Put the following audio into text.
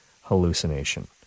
hallucination